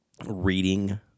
Reading